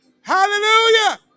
Hallelujah